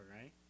right